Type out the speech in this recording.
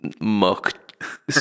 muck